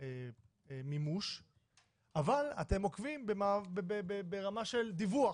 המימוש אבל אם עוקבים ברמה של דיווח,